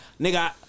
nigga